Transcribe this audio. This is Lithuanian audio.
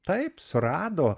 taip surado